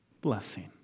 blessing